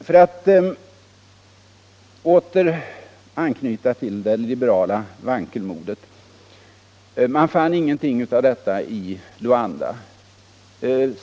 För att åter anknyta till det liberala vankelmodet vill jag säga att man inte fann någonting av detta i Luanda.